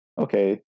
okay